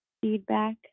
feedback